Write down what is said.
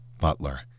Butler